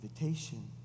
invitation